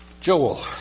Joel